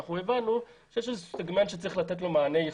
הבנו שיש סגמנט שצריך לתת לו מענה ייחודי.